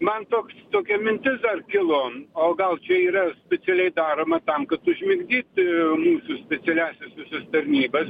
man toks tokia mintis dar kilo o gal čia yra specialiai daroma tam kad užmigdyt mūsų specialiąsias tarnybas